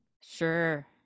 Sure